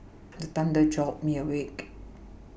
the thunder jolt me awake